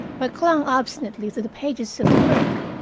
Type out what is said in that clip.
but clung obstinately to the pages of the book,